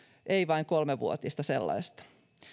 ei vain kolmevuotista sellaista